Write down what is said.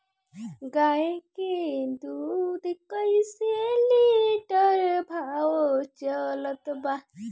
गाय के दूध कइसे लिटर भाव चलत बा?